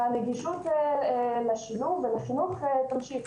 והנגישות לשילוב ולחינוך ימשיכו.